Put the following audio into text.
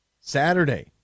Saturday